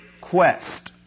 quest